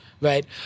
right